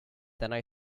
then